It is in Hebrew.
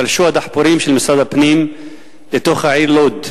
פלשו הדחפורים של משרד הפנים אל העיר לוד,